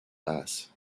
bass